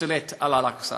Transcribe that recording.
על אל-אקצא,